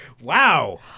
Wow